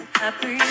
happy